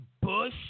Bush